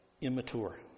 Immature